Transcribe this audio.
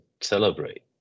celebrate